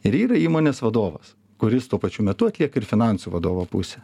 ir yra įmonės vadovas kuris tuo pačiu metu atlieka ir finansų vadovo pusę